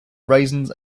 raisins